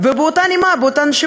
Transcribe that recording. לא כי לא רוצים לשלב אותם בעבודה,